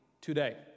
today